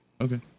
Okay